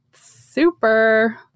super